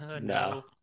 No